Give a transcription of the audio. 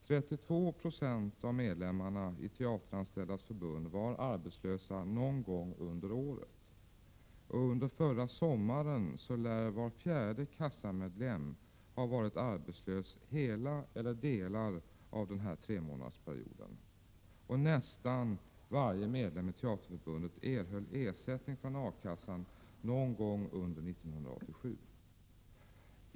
32 26 av medlemmarna i Teateranställdas förbund var arbetslösa någon gång under året. Under förra sommaren lär var fjärde A-kassemedlem ha varit arbetslös hela eller delar av denna tremånadersperiod. Nästan varje medlem i Teaterförbundet erhöll ersättning från A-kassan någon gång under 1987.